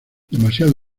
demasiado